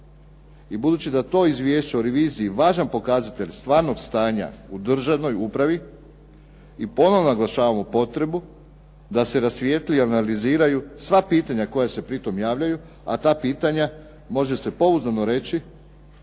i budući da je to izvješće o reviziji važan pokazatelj stvarnog stanja u državnoj upravi i ponovo naglašavamo potrebu da se rasvijetli i analiziraju sva pitanja koja se pritom javljaju, a ta pitanja, može se pouzdano reći